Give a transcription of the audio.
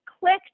clicked